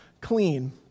clean